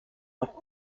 but